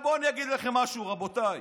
עכשיו, בואו אני אגיד לכם משהו, רבותיי.